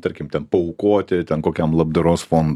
tarkim ten paaukoti ten kokiam labdaros fondui